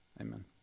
Amen